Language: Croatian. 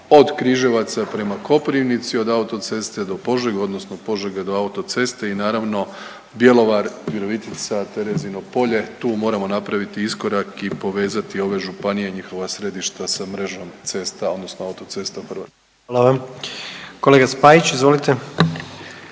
od Križevaca prema Koprivnici, od autoceste do Požege, odnosno od Požege do autoceste i naravno, Bjelovar-Virovitica-Terezino Polje, tu moramo napraviti iskorak i povezati ove županije i njihova središta sa mrežom cesta, odnosno autocestom, pardon. **Jandroković, Gordan